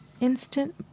Instant